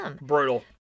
Brutal